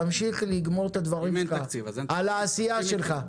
תמשיך את דבריך על העשייה שלך.